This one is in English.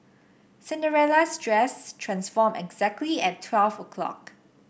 Cinderella's dress transformed exactly at twelve o'clock